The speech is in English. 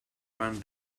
van